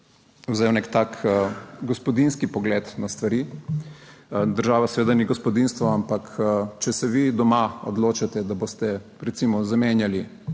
vzel nek tak gospodinjski pogled na stvari. Država seveda ni gospodinjstvo, ampak če se vi doma odločite, da boste recimo zamenjali